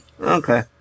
Okay